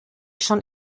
schon